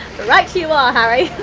right you are, harry.